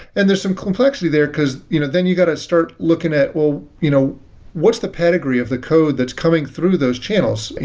and there's some complexity there because you know then you got to start looking at, well, you know what's the pedigree of the code that's coming through those channels?